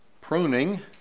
Pruning